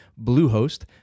Bluehost